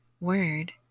word